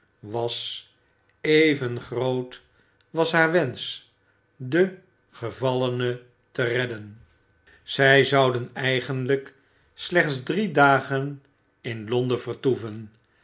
was even groot was haar wensch de gevallene te redden zij zouden eigenlijk slechts drie dagen in londen vertoeven